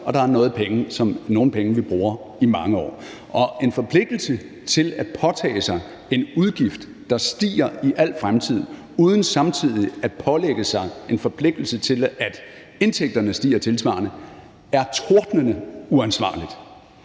vi bruger i et år, og der er penge, vi bruger i mange år. At forpligte sig til at påtage sig en udgift, der stiger i al fremtid, uden samtidig at pålægge sig en forpligtelse til, at indtægterne stiger tilsvarende, er tordnende uansvarligt.